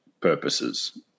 purposes